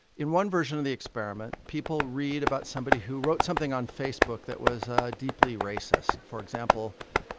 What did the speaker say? in one version of the experiment, people read about somebody who wrote something on facebook that was deeply racist. for example,